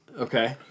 Okay